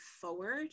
forward